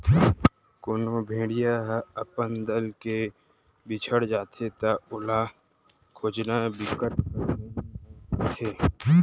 कोनो भेड़िया ह अपन दल ले बिछड़ जाथे त ओला खोजना बिकट कठिन हो जाथे